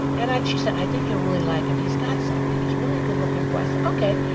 and i she said, i think you'll really like him. he's got something. he's really a good-looking boy. i said, ok.